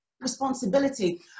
responsibility